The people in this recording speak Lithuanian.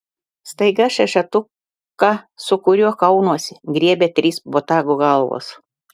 staiga šešetuką su kuriuo kaunuosi griebia trys botago galvos